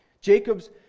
Jacob's